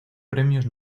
premios